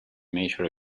major